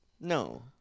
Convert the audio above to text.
No